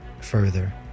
further